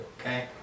Okay